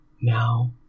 now